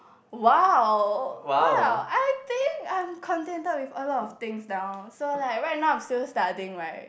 !wow! !wow! I think I'm contented with a lot of things now so like right now I'm still studying right